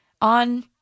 on